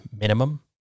minimum